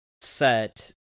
set